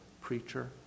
preacher